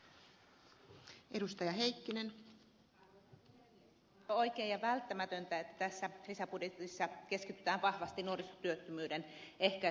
on aivan oikein ja välttämätöntä että tässä lisäbudjetissa keskitytään vahvasti nuorisotyöttömyyden ehkäisyyn ja hoitoon